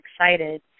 excited